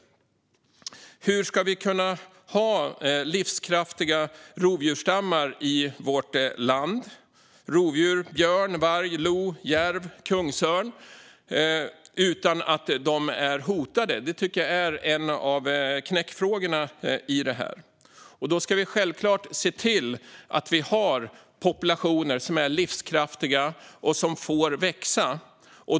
Hur ska vi kunna ha livskraftiga rovdjursstammar i vårt land - björn, varg, lo, järv och kungsörn - som inte är hotade? Det tycker jag är en av knäckfrågorna i det här. Vi ska självklart se till att vi har populationer som är livskraftiga och som får växa.